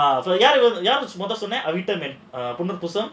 ah யாரு மொத சொன்னேன் அவிட்டம் புனர்பூசம்:yaaru motha sonnaen avitam punarpoosam